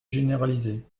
généraliser